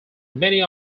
many